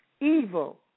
evil